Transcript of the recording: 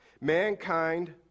Mankind